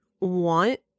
want